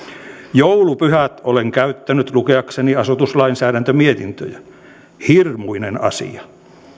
joulupyhät olen käyttänyt lukeakseni asutuslainsäädäntömietintöjä hirmuinen asia